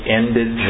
ended